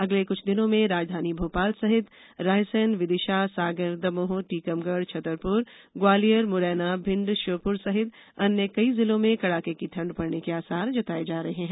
अगले कुछ दिनों में राजधानी भोपाल सहित रायसेन विदिशा सागर दमोह टीकमगढ़ छतरपुर ग्वालियर मुरैना भिंड श्योपुर सहित अन्य कई जिलों में कड़ाके की ठंड पडने के आसार जताए गए हैं